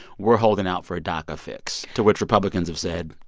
we're holding out for a daca fix to which republicans have said,